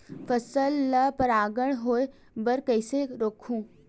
फसल ल परागण होय बर कइसे रोकहु?